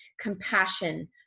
compassion